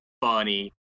funny